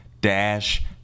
dash